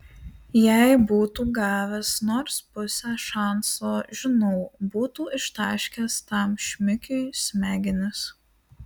jei būtų gavęs nors pusę šanso žinau būtų ištaškęs tam šmikiui smegenis